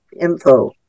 info